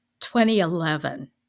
2011